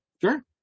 Sure